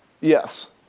yes